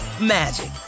magic